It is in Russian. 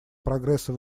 прогресса